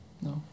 No